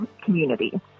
community